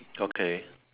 okay